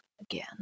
again